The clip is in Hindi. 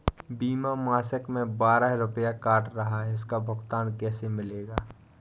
बीमा मासिक में बारह रुपय काट रहा है इसका भुगतान कैसे मिलेगा?